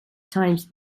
times